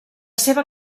seva